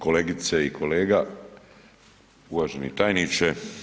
Kolegice i kolega, uvaženi tajniče.